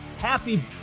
Happy